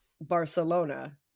Barcelona